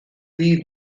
ddydd